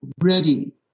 ready